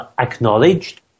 acknowledged